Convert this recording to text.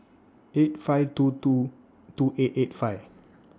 eight five two two two eight eight five